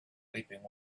weeping